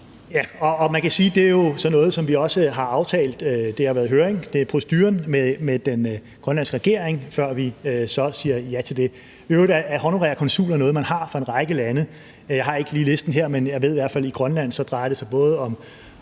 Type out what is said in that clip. som vi også har aftalt – det har været i høring, det er proceduren – med den grønlandske regering, før vi så siger ja til det. I øvrigt er honorære konsuler noget, man har for en række lande. Jeg har ikke lige listen her, men jeg ved i hvert fald, at det i Grønland drejer sig om